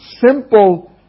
simple